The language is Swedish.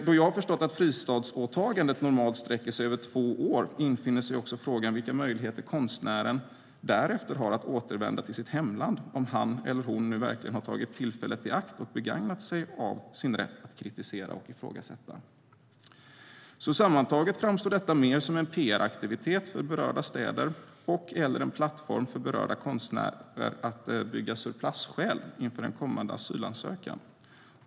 Då jag har förstått att fristadsåtagandet normalt sträcker sig över två år infinner sig också frågan vilka möjligheter konstnären därefter har att återvända till sitt hemland, om han eller hon nu verkligen har tagit tillfället i akt och begagnat sig av sin rätt att kritisera och ifrågasätta. Sammantaget framstår alltså detta mer som en PR-aktivitet för berörda städer och/eller en plattform för berörda konstnärer att bygga sur place-skäl inför en kommande asylansökan.